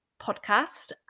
podcast